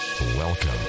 Welcome